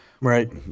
Right